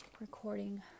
recording